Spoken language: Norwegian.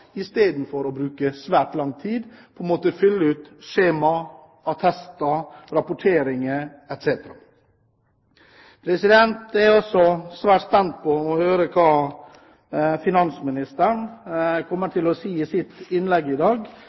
istedenfor å bruke svært lang tid på å måtte fylle ut skjemaer, attester, rapporter etc. Jeg er svært spent på å høre hva finansministeren kommer til å si i sitt innlegg i dag